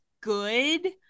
good